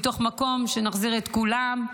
מתוך מקום שנחזיר את כולם,